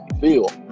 feel